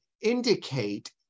indicate